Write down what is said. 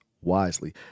wisely